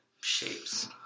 shapes